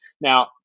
Now